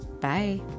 bye